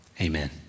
amen